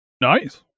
Nice